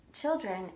children